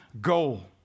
goal